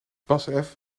basf